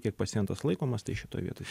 kiek pacientas laikomas tai šitoj vietoj